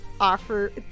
offer